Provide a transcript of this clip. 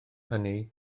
hynny